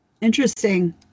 interesting